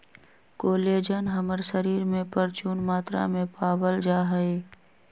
collagen हमर शरीर में परचून मात्रा में पावल जा हई